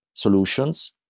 solutions